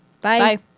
bye